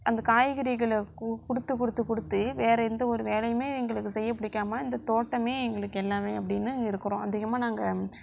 அந்த காய்கறிகளை கொடுத்து கொடுத்து கொடுத்து வேற எந்த ஒரு வேலையுமே எங்களுக்கு செய்ய பிடிக்காம இந்த தோட்டமே எங்களுக்கு எல்லாமே அப்படின்னு இருக்கிறோம் அதிகமாக நாங்கள்